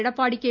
Edappadi K